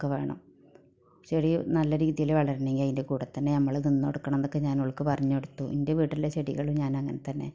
ഇതൊക്കെ വേണം ചെടി നല്ല രീതിയിൽ വളരണമെങ്കിൽ അതിൻ്റെ കൂടെത്തന്നെ നമ്മൾ നിന്നുകൊടുക്കണം എന്നൊക്കെ ഞാൻ ഓൾക്ക് പറഞ്ഞുകൊടുത്തു എൻ്റെ വീട്ടിലെ ചെടികൾ ഞാൻ അങ്ങനെതന്നെ